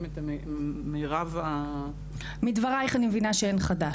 את מירב --- מדבריך אני מבינה שאין חדש.